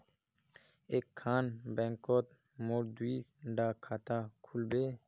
एक खान बैंकोत मोर दुई डा खाता खुल बे?